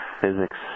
Physics